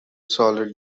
solid